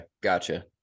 Gotcha